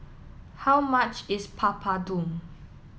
how much is Papadum